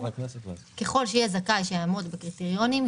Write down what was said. ככל שיהיה זכאי שיעמוד בקריטריונים,